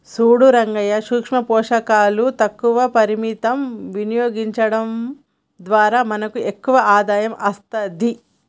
సూడు రంగయ్యా సూక్ష పోషకాలు తక్కువ పరిమితం వినియోగించడం ద్వారా మనకు ఎక్కువ ఆదాయం అస్తది